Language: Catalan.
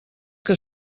que